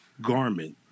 garment